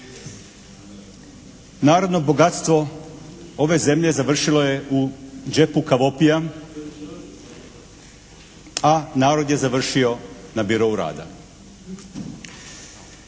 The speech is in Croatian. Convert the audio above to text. Narodno bogatstvo ove zemlje završilo je u džepu kavopija a narod je završio na birou rada.